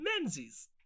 Menzies